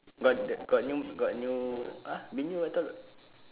but the got new got new !huh! bin yoo I thought